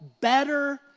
Better